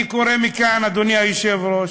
אני קורא מכאן, אדוני היושב-ראש,